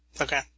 Okay